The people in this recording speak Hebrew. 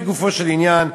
לגופו של עניין,